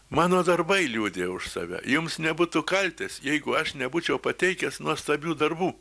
mano darbai liudija už save jums nebūtų kaltės jeigu aš nebūčiau pateikęs nuostabių darbų